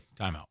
timeout